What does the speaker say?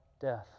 death